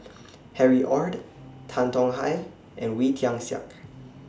Harry ORD Tan Tong Hye and Wee Tian Siak